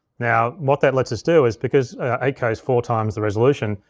now what that lets us do is, because eight k's four times the resolution,